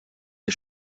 est